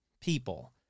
people